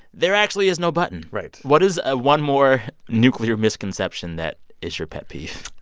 there actually is no button right what is ah one more nuclear misconception that is your pet peeve?